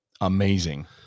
amazing